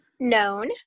Known